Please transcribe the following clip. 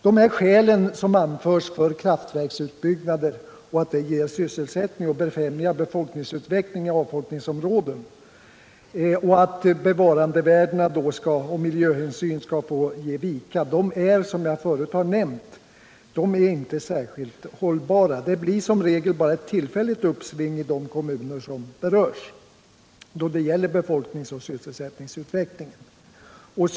De skäl som anförts för kraftverksutbyggnad — att den ger sysselsättning och befrämjar befolkningsutvecklingen i avfolkningsområden och att bevarandevärdena och miljöhänsyn därför får ge vika — är som jag förut nämnt inte särskilt hållbara. Det blir som regel bara ett tillfälligt uppsving i befolkningsoch sysselsättningsutvecklingen i de kommuner som berörs.